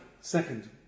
Second